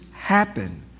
happen